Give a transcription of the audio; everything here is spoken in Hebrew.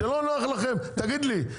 כשלא נוח לכם תגיד לי,